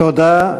תודה.